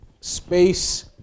space